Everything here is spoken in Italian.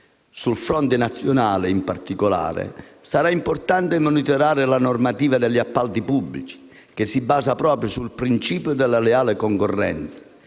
Sul fronte nazionale, in particolare, sarà importante monitorare la normativa degli appalti pubblici, che si basa proprio sul principio della leale concorrenza.